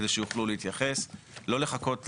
זה הערים שהולכות להיפגע מהחקיקה הזאת